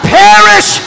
perish